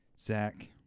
Zach